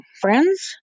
friends